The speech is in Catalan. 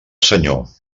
senyor